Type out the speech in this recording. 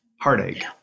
Heartache